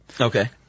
Okay